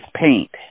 paint